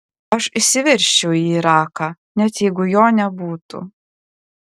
aš įsiveržčiau į iraką net jeigu jo nebūtų